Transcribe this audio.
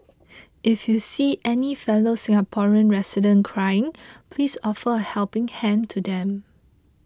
if you see any fellow Singaporean residents crying please offer a helping hand to them